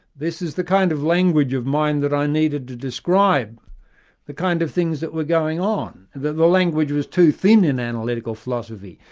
this is the kind of language of mind that i needed to describe the kind of things that were going on the the language was too thin in analytical philosophy,